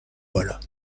بالا